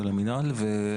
של מינהל הבטיחות,